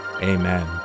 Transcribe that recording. Amen